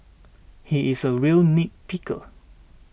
he is a real nitpicker